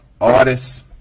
artists